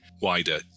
wider